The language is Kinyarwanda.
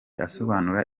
asobanura